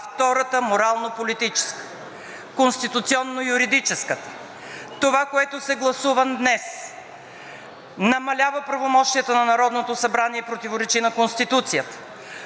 втората, морално политическа. Конституционно-юридическата. Това, което се гласува днес, намалява правомощията на Народното събрание и противоречи на Конституцията,